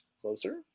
closer